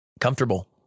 Comfortable